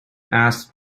asked